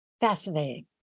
Fascinating